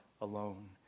alone